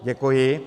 Děkuji.